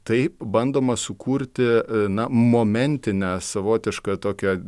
taip bandoma sukurti na momentinę savotišką tokią